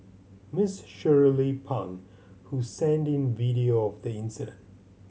Miss Shirley Pang who sent in video of the incident